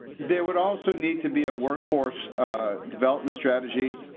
there would also need to be a workforce development strategy.